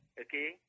Okay